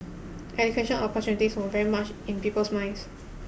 education opportunities were very much in people's minds